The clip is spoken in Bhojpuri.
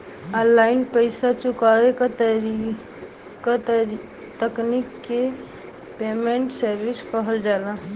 ऑनलाइन पइसा चुकावे क तकनीक के पेमेन्ट सर्विस कहल जाला